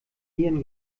nieren